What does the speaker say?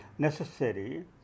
necessary